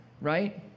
right